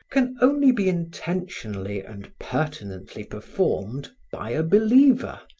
can only be intentionally and pertinently performed by a believer,